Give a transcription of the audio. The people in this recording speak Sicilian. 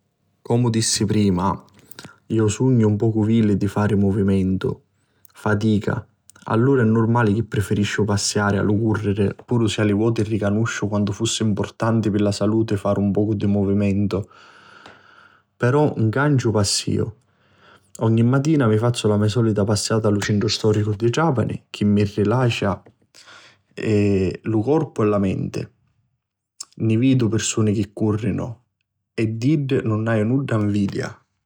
Comu dissi prima, iu sugnu un pocu vili di fari muvimentu, fatica. Allura è nurmali chi prifirisciu passiari a lu curriri puru si a li voti ricanusciu quantu fussi mpurtanti pi la saluti fari un pocu di muvimentu. Però 'n canciu passiu, ogni matina mi fazzu la me solita passiata a lu centru storicu di Trapani chi mi riciala lu corpu e la menti. Ni vidu pirsuni chi currinu e d'iddi nun haiu nudda nvidia.